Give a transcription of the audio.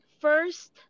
First